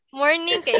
morning